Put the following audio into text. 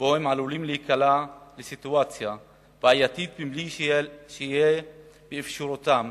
שבו הם עלולים להיקלע לסיטואציה בעייתית בלי שיהיה באפשרותם